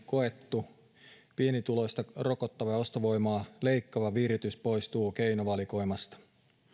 koettu pienituloista rokottava ja ostovoimaa leikkaava viritys poistuu keinovalikoimasta